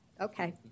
Okay